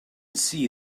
see